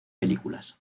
películas